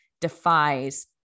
defies